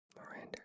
Miranda